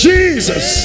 Jesus